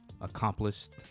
accomplished